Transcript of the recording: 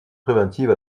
préventive